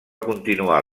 continuar